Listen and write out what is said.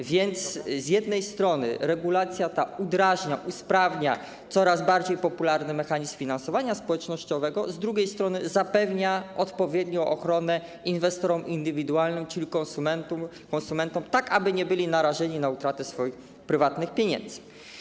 A więc z jednej strony regulacja ta udrażnia, usprawnia coraz bardziej popularny mechanizm finansowania społecznościowego, z drugiej strony zapewnia odpowiednią ochronę inwestorom indywidualnym, czyli konsumentom, tak aby nie byli narażeni na utratę swoich prywatnych pieniędzy.